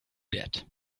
that